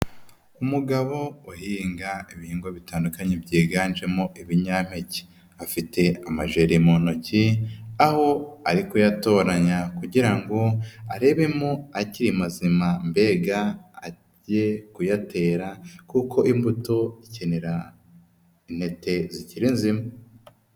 Umugabo uhinga ibihingwa bitandukanye byiganjemo ibinyampeke. Afite amajeri mu ntoki, aho ari kuyatoranya kugira ngo arebemo akiri mazima, mbega ajye kuyatera kuko imbuto ikenera intete zikiri nzima.